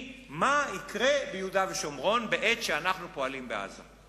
מה יקרה ביהודה ושומרון בעת שאנחנו פועלים בעזה.